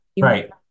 right